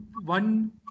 One